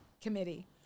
committee